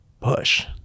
push